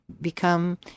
become